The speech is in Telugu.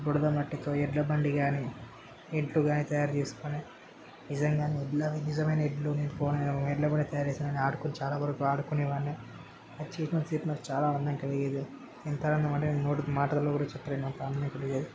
బురద మట్టితో ఎడ్ల బండి కానీ ఎడ్లు కానీ తయారు చేసుకుని నిజంగానే ఎడ్లు అవి నిజమైన ఎడ్లని పోలినవి ఎడ్ల బండి తయారు చేసానని ఆడుకుని చాలావరకు ఆడుకునేవాన్ని అది చేసినంతసేపు నాకు ఆనందం కలిగేది ఎంత ఆనందమంటే నేను నోటి మాటల్లో కూడా చెప్పలేనంత ఆనందం కలిగేది